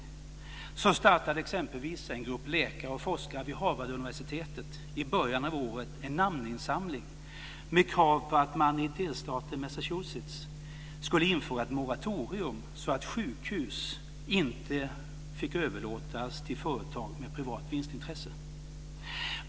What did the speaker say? Exempelvis startade en grupp läkare och forskare vid Harvarduniversitetet i början av året en namninsamling med krav på att man i delstaten Massachusetts skulle införa ett moratorium så att sjukhus inte fick överlåtas till företag med privat vinstintresse.